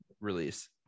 release